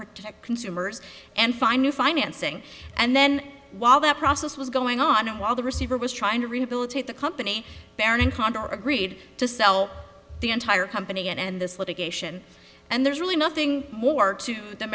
protect consumers and find new financing and then while that process was going on while the receiver was trying to rehabilitate the company baron condor agreed to sell the entire company and this litigation and there's really nothing more to the